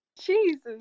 Jesus